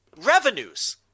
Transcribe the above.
revenues –